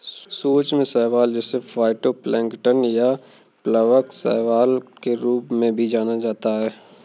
सूक्ष्म शैवाल जिसे फाइटोप्लैंक्टन या प्लवक शैवाल के रूप में भी जाना जाता है